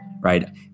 right